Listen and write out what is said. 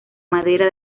madera